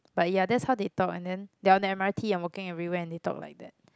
but ya that's how they talk and then they are on the M_R_T and walking everywhere and they talk like that